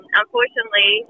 unfortunately